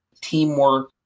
teamwork